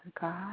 God